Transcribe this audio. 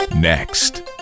Next